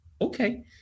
okay